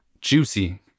juicy